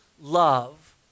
love